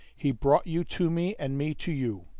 he brought you to me, and me to you.